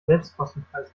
selbstkostenpreis